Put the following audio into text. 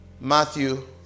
Matthew